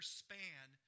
span